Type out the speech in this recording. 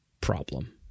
problem